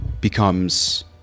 becomes